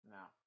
Now